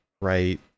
right